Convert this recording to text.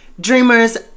dreamers